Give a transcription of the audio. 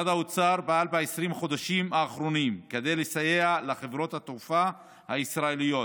משרד האוצר פעל ב-20 חודשים האחרונים כדי לסייע לחברות התעופה הישראליות